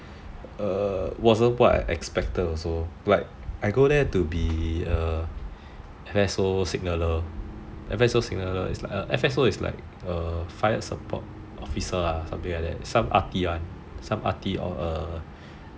wasn't what I expected also like I go there to be a F_S_O signaller it's like a fire support officer or something like that some ARTI [one]